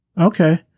Okay